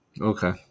okay